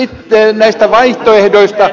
sitten näistä vaihtoehdoista